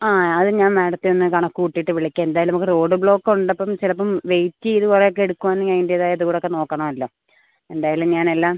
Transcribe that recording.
ആ അത് ഞാൻ മാഡത്തെ ഒന്ന് കണക്ക് കൂട്ടിയിട്ട് വിളിക്കാം എന്തായാലും നമുക്ക് റോഡ് ബ്ലോക്ക് ഉള്ളപ്പം ചിലപ്പം വെയ്റ്റ് ചെയ്ത് കുറെ ഒക്കെ എടുക്കുവാണെങ്കിൽ അയിൻറ്റേതായ ദൂരം ഒക്കെ നോക്കണം അല്ലോ എന്തായാലും ഞാൻ എല്ലാം